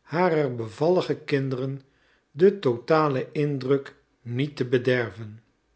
harer bevallige kinderen den totalen indruk niet te bederven